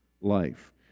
life